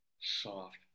soft